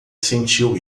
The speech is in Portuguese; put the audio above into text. sentiu